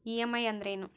EMI ಅಂದ್ರೇನು?